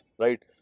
right